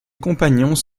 compagnons